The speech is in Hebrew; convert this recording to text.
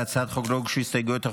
להצעת החוק לא הוגשו הסתייגויות אך